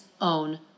own